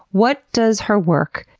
what does her work,